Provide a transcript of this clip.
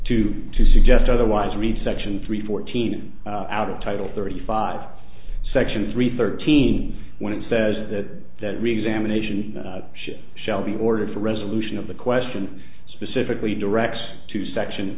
two to suggest otherwise read section three fourteen out of title thirty five section three thirteen when it says that that reexamination ship shall be ordered for resolution of the question specifically directed to section